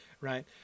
right